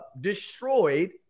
destroyed